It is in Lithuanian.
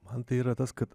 man tai yra tas kad